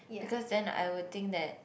because then I would think that